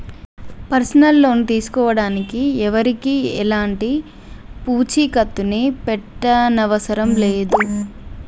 personal loan తీసుకోడానికి ఎవరికీ ఎలాంటి పూచీకత్తుని పెట్టనవసరం లేదు